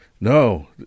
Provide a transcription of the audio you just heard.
No